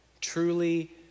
truly